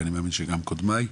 ואני מאמין שגם קודמיי,